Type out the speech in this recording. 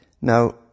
Now